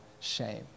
shame